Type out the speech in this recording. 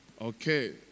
Okay